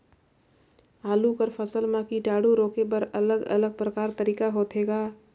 आलू कर फसल म कीटाणु रोके बर अलग अलग प्रकार तरीका होथे ग?